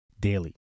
daily